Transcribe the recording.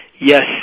yes